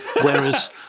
whereas